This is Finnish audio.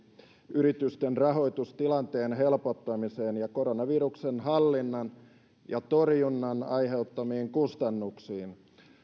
yritysten rahoitustilanteen helpottamiseen ja koronaviruksen hallinnan ja torjunnan aiheuttamiin kustannuksiin